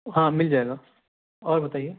ہاں مِل جائے گا اور بتائیے